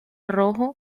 rojo